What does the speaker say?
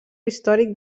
històric